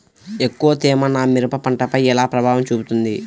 ఎక్కువ తేమ నా మిరప పంటపై ఎలా ప్రభావం చూపుతుంది?